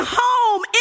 home